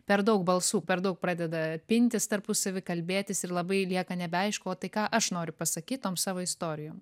per daug balsų per daug pradeda pintis tarpusavy kalbėtis ir labai lieka nebeaišku o tai ką aš noriu pasakyt tom savo istorijom